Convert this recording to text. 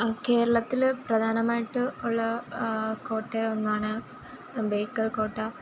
കേരളത്തില് പ്രധാനമായിട്ട് ഉള്ള കോട്ടയിലൊന്നാണ് ബേക്കൽകോട്ട